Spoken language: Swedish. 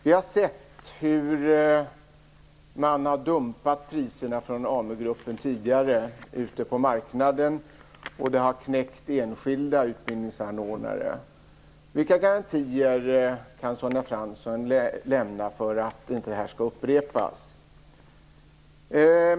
Vi har sett hur AmuGruppen tidigare dumpat priserna ute på marknaden, vilket har knäckt enskilda utbildningsanordnare. Vilka garantier kan Sonja Fransson lämna för att detta inte skall upprepas?